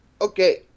Okay